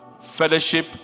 Fellowship